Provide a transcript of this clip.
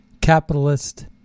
capitalist